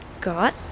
got